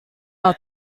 our